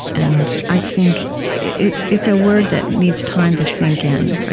and i think it's it's a word that needs time to sink in, right?